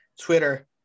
Twitter